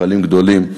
מפעלים גדולים,